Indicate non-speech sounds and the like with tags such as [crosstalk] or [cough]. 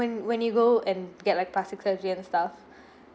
when when you go and get like plastic surgery and stuff [breath]